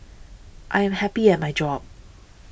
I am happy at my job